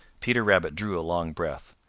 peter rabbit drew a long breath.